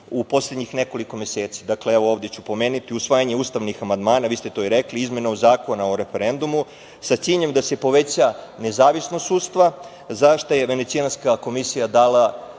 u poslednjih nekoliko meseci. Ovde ću pomenuti usvajanje ustavnih amandmana, vi ste to i rekli, izmena Zakona o referendumu, sa ciljem da se poveća nezavisnost sudstva, za šta je Venecijanska komisija dala